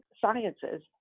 sciences